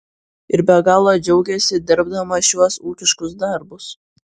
ir be galo džiaugiasi dirbdamas šiuos ūkiškus darbus